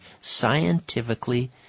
scientifically